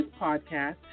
podcast